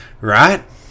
right